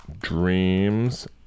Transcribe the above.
dreams